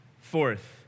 Fourth